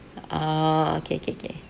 ah okay okay okay